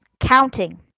counting